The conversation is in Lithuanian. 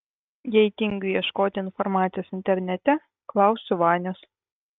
jei tingiu ieškoti informacijos internete klausiu vanios